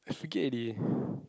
I forget already eh